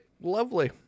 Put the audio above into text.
Lovely